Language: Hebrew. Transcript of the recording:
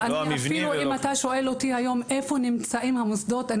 אם תשאל אותי איפה נמצאים המוסדות,